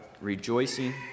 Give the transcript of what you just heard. rejoicing